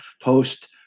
post